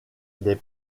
des